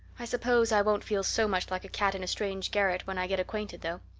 i suppose i won't feel so much like a cat in a strange garret when i get acquainted, though.